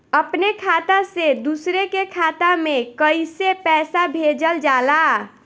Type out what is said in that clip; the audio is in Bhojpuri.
अपने खाता से दूसरे के खाता में कईसे पैसा भेजल जाला?